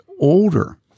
older